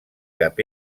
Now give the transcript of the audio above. cap